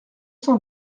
cent